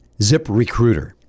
ZipRecruiter